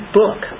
book